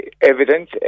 Evidence